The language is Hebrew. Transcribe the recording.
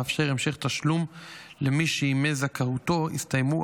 המאפשר המשך תשלום למי שימי זכאותו הסתיימו,